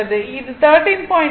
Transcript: இது 13